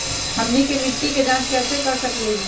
हमनी के मिट्टी के जाँच कैसे कर सकीले है?